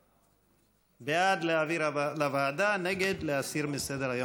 בעד, להעביר לוועדה, ונגד, להסיר מסדר-היום.